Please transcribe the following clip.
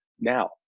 now